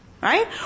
Right